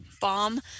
bomb